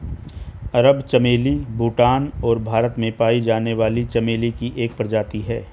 अरब चमेली भूटान और भारत में पाई जाने वाली चमेली की एक प्रजाति है